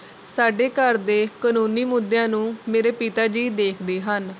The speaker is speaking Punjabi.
ਸਾਡੇ ਘਰ ਦੇ ਕਾਨੂੰਨੀ ਮੁੱਦਿਆਂ ਨੂੰ ਮੇਰੇ ਪਿਤਾ ਜੀ ਦੇਖਦੇ ਹਨ